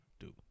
-do